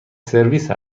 سرویس